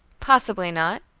possibly not,